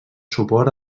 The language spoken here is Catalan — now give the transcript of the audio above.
suport